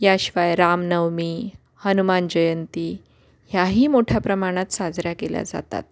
याशिवाय रामनवमी हनुमान जयंती ह्याही मोठ्या प्रमाणात साजऱ्या केल्या जातात